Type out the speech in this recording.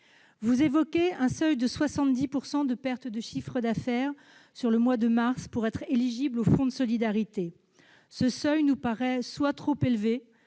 Vous évoquez un seuil de 70 % de perte de chiffre d'affaires pour le mois de mars, par rapport à mars 2019, pour être éligible au fonds de solidarité. Ce seuil nous paraît soit trop élevé,